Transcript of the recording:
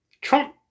Trump